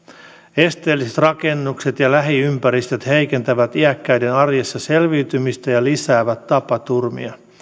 esteelliset rakennukset ja lähiympäristöt heikentävät iäkkäiden arjessa selviytymistä ja lisäävät tapaturmia